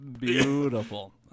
Beautiful